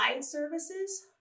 services